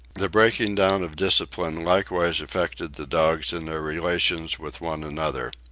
the breaking down of discipline likewise affected the dogs in their relations with one another.